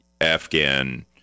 Afghan